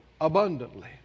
abundantly